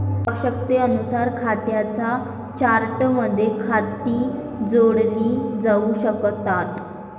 आवश्यकतेनुसार खात्यांच्या चार्टमध्ये खाती जोडली जाऊ शकतात